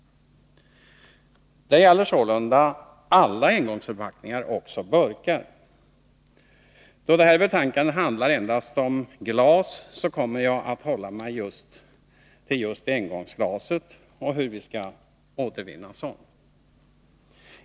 Det gäller sålunda alla engångsförpackningar, också burkar. Då det här betänkandet handlar endast om glas, kommer jag att hålla mig till just engångsglas och hur vi skall återvinna sådant.